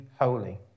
holy